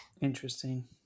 interesting